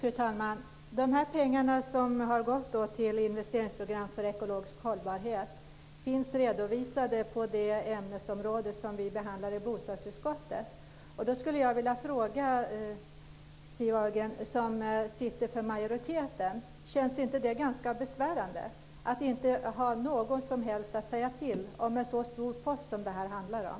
Fru talman! De pengar som har gått till investeringsprogram för ekologisk hållbarhet finns redovisade under det ämnesområde som vi behandlar i bostadsutskottet. Jag skulle vilja fråga Siw Wittgren Ahl, som sitter i utskottet för majoriteten: Känns det inte ganska besvärande att inte ha något som helst att säga till om när det gäller en så stor post som det här handlar om?